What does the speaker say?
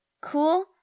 cool